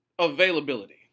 availability